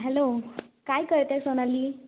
hello काय करते सोनाली